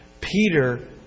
Peter